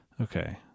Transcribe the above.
Okay